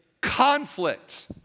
conflict